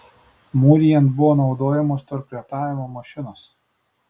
mūrijant buvo naudojamos torkretavimo mašinos